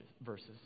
verses